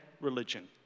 religion